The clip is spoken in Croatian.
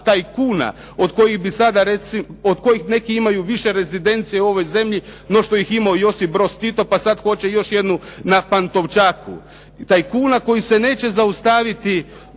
tajkuna od kojih bi neki imaju više rezidencije u ovoj zemlji no što ih je imao Josip Broz Tito pa sada hoće još jednu na Pantovčaku. Tajkuna koji se neće zaustaviti